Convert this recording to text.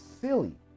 silly